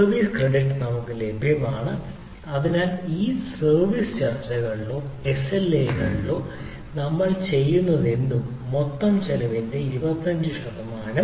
service credit ലഭ്യമാണ് അതിനാലാണ് ആ സർവീസ് ചർച്ചകളിലോ എസ്എൽഎ കാര്യങ്ങളിലോ നമ്മൾ ചെയ്യുന്നതെന്തും മൊത്തം ചെലവിന്റെ 25 ശതമാനം